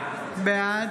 בעד